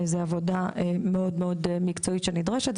זו עבודה מאוד מאוד מקצועית שנדרשת.